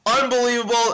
unbelievable